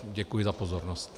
Děkuji za pozornost.